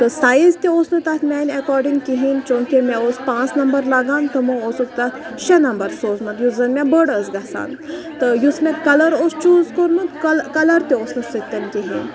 تہٕ سایز تہِ اوس نہٕ تَتھ میانہِ اٮ۪کاڈِنٛگ کِہیٖنۍ چوٗنٛکہِ مےٚ اوس پانٛژھ نمبر لَگان تمو اوسُکھ تَتھ شےٚ نَمبَر سوٗزمُت یُس زَن مےٚ بٔڑ ٲس گژھان تہٕ یُس مےٚ کَلَر اوس چوٗز کوٚرمُت کَلَر تہِ اوس نہٕ سُہ تہِ نہٕ کِہیٖنۍ